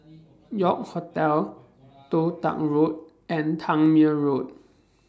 York Hotel Toh Tuck Road and Tangmere Road